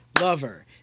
Lover